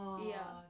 ya